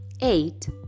eight